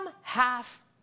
half